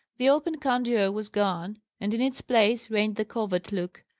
the open candour was gone and in its place reigned the covert look,